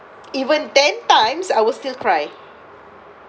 even ten times I will still cry